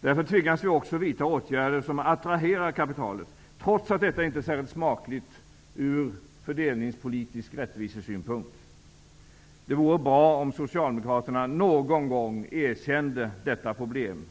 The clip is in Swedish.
Därför tvingas vi också vidta åtgärder som attraherar kapitalet, trots att detta inte är särskilt smakligt ur fördelningspolitisk rättvisesynpunkt. Det vore bra om socialdemokraterna någon gång erkände detta problem.